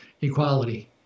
equality